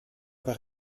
aber